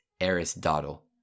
Aristotle